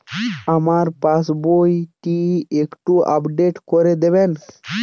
আমার পাসবই টি একটু আপডেট করে দেবেন?